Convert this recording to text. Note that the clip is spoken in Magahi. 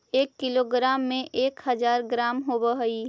एक किलोग्राम में एक हज़ार ग्राम होव हई